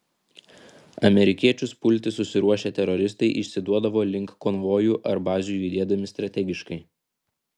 amerikiečius pulti susiruošę teroristai išsiduodavo link konvojų ar bazių judėdami strategiškai